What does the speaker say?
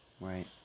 Right